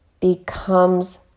becomes